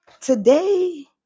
Today